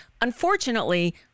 Unfortunately